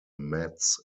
mets